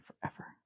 forever